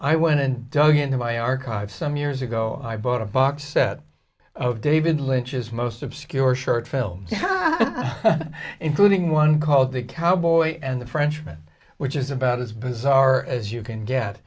i went and dug into my archives some years ago i bought a box set of david lynch's most obscure short films including one called the cowboy and the frenchman which is about as bizarre as you can get